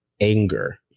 anger